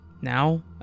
Now